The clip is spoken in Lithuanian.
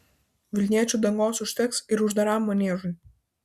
vilniečių dangos užteks ir uždaram maniežui